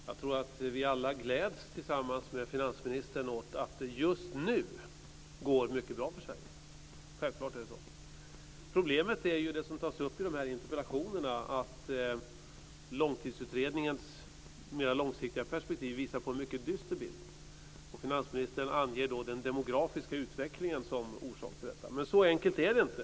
Fru talman! Jag tror att vi alla gläds tillsammans med finansministern åt att det just nu går mycket bra för Sverige. Självfallet är det så. Problemet är det som tas upp i interpellationerna, nämligen att Långtidsutredningens mer långsiktiga perspektiv visar på en mycket dyster bild. Finansministern anger den demografiska utvecklingen som orsak till detta. Men så enkelt är det inte.